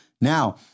Now